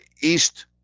east